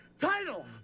title